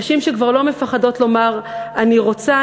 נשים שכבר לא מפחדות לומר: אני רוצה,